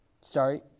Sorry